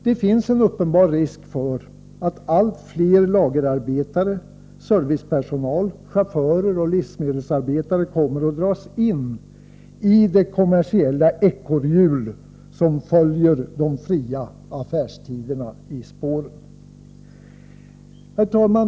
Det finns en uppenbar risk för att allt fler lagerarbetare, anställda i serviceyrken, chaufförer och livsmedelsarbetare kommer att dras in i det kommersiella ekorrhjul som följer de fria affärstiderna i spåren. Herr talman!